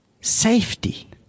safety